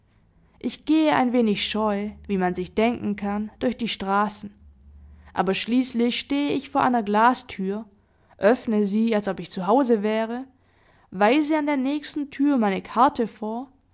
ich gehe ein wenig scheu wie man sich denken kann durch die straßen aber schließlich stehe ich vor einer glastür öffne sie als ob ich zuhause wäre weise an der nächsten tür meine karte vor